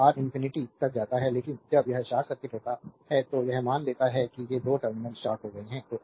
जब R infinity तक जाता है लेकिन जब यह शॉर्ट सर्किट होता है तो यह मान लेता है कि ये 2 टर्मिनल शॉर्ट हो गए हैं